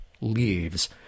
leaves